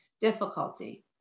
difficulty